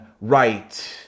right